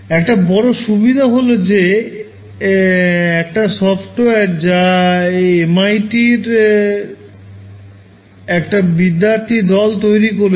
একটা বড় সুবিধা হল যে এটা একটা সফটওয়্যার যা MIT এর একটা বিদ্যার্থী দল তৈরি করেছে